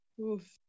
Oof